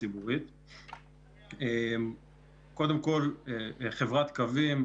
קודם כל חברת "קווים",